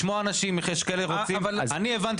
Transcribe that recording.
לשמוע מה מפריע